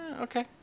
Okay